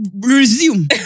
resume